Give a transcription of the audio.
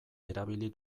erabili